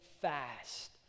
fast